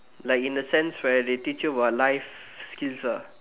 like in the sense right they teach you about life skills ah